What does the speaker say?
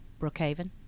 Brookhaven